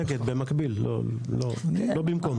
במקביל, לא במקום.